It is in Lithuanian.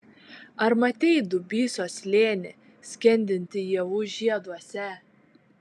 ar matei dubysos slėnį skendintį ievų žieduose